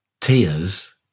Tears